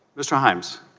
miss times